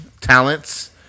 talents